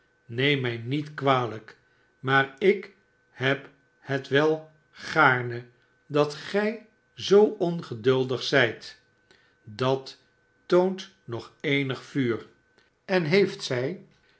neem mij niet kwalijk maar ik heb het wel gaarne dat gij zoo ongeduldig zijt dat toont nog eenig vuur en heeft zij